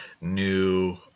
new